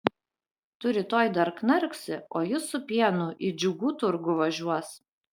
tu rytoj dar knarksi o jis su pienu į džiugų turgų važiuos